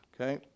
Okay